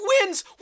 wins